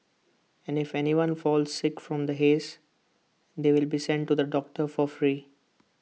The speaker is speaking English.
and if anyone falls sick from the haze they will be sent to the doctor for free